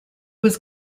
was